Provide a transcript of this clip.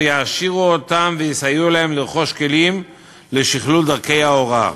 יעשירו אותם ויסייעו להם לרכוש כלים לשכלול דרכי ההוראה.